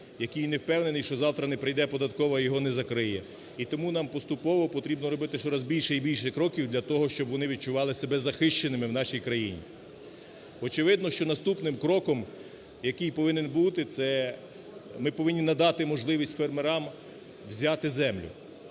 який не впевнений, що завтра не прийде податкова і його не закриє. І тому нам поступово потрібно робити щораз більше і більше кроків для того, щоб вони відчували себе захищеними в нашій країні. Очевидно, що наступним кроком, який повинен бути, це ми повинні надати можливість фермерам взяти землю.